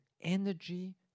energy